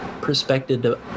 perspective